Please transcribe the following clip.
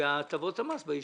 והטבות המס הרגילות ביישובים.